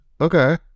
Okay